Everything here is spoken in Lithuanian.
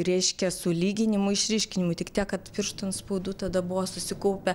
reiškia sulyginimu išryškinimu tik tiek kad pirštų antspaudų tada buvo susikaupę